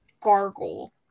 gargle